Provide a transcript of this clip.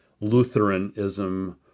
Lutheranism